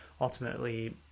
ultimately